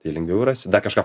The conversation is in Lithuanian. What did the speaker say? tai lengviau rasi dar kažką